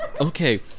Okay